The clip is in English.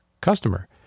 customer